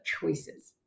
choices